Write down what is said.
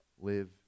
live